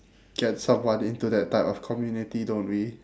get someone into that type of community don't we